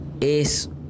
es